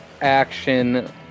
action